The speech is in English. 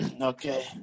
Okay